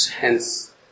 hence